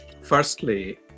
firstly